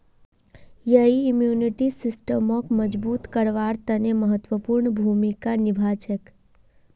यई इम्यूनिटी सिस्टमक मजबूत करवार तने महत्वपूर्ण भूमिका निभा छेक